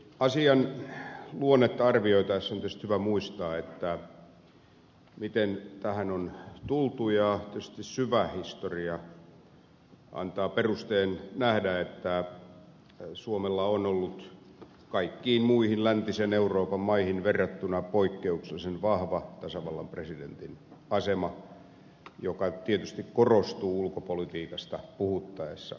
asian luonnetta arvioitaessa on tietysti hyvä muistaa miten tähän on tultu ja tietysti syvä historia antaa perusteen nähdä että suomella on ollut kaikkiin muihin läntisen euroopan maihin verrattuna poikkeuksellisen vahva tasavallan presidentin asema joka tietysti korostuu ulkopolitiikasta puhuttaessa